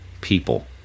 people